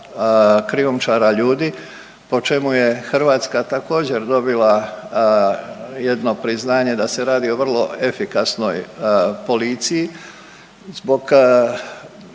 krijumčara ljudi, po čemu je Hrvatska također dobila jedno priznanje da se radi o vrlo efikasnoj policiji zbog,